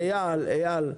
איל,